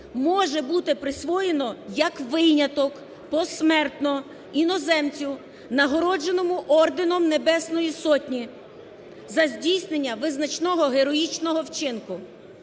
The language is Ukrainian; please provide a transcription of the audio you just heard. може бути присвоєно як виняток посмертно іноземцю, нагородженого орденом Небесної Сотні за здійснення визначного героїчного вчинку,